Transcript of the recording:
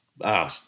Wow